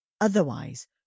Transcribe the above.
Otherwise